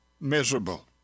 miserable